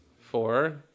Four